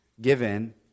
given